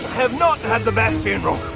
have not had the best funeral.